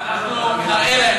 מהדוכן.